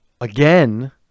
again